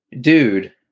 dude